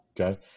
Okay